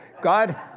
God